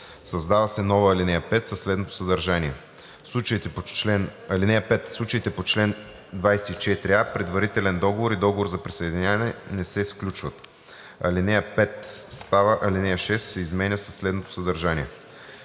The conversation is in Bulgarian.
създава се нова ал. 5 със следното съдържание: „(5) Случаите по чл. 24а предварителен договор и договор за присъединяване не се сключват.“; - ал. 5 става ал. 6 и се изменя със следното съдържание: